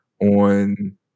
on